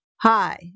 hi